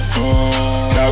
Now